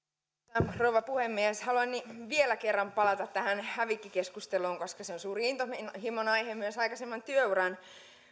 arvoisa rouva puhemies haluan vielä kerran palata tähän hävikkikeskusteluun koska se on suuri intohimon aihe myös aikaisemman työuran